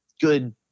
good